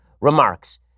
remarks